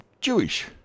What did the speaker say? Jewish